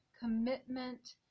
commitment